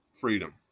freedom